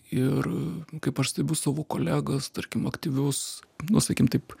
ir kaip aš stebiu savo kolegas tarkim aktyvius nu sakykim taip